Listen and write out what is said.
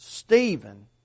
Stephen